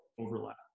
overlap